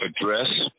address